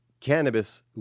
Cannabis